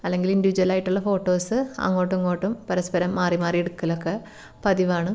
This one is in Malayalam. അല്ലെങ്കിൽ ഇൻറ്റിവിജ്വലായിട്ടുള്ള ഫോട്ടോസ് അങ്ങോട്ടും ഇങ്ങോട്ടും പരസ്പരം മാറി മാറി എടുക്കലൊക്കെ പതിവാണ്